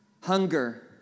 hunger